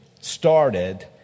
started